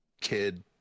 kid